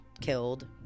killed